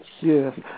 Yes